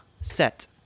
set